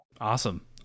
Awesome